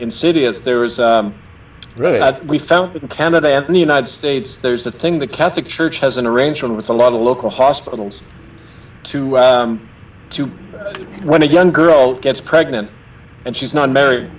insidious there is really not we found in canada and the united states there's the thing the catholic church has an arrangement with a lot of local hospitals to to when a young girl gets pregnant and she's not married